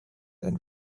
and